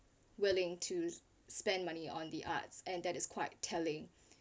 willing to spend money on the arts and that is quite telling